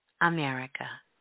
America